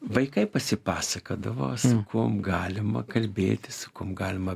vaikai pasipasakodavo su kuom galima kalbėtis su kuom galima